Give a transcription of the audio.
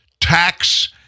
Tax